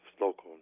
local